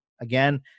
again